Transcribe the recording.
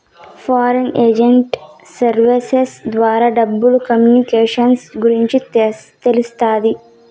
foreign exchange services ద్వారా డబ్బులు communications గురించి తెలుస్తాది